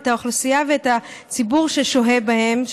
את האוכלוסייה ואת הציבור ששוהה בהם,